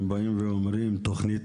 הם באים ואומרים אם תוכנית